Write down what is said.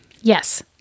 Yes